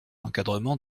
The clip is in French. encadrement